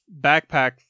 backpack